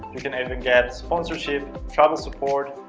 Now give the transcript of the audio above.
you can even get sponsorship, travel support,